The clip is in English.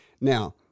Now